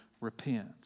repent